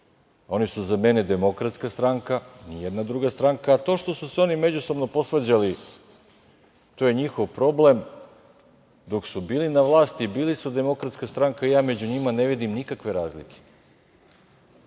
Oni su za mene Demokratska stranka, ni jedna druga stranka, a to što su se oni međusobno posvađali to je njihov problem, dok su bili na vlasti bili su Demokratska stranka i ja među njima ne vidim nikakve razlike. Neki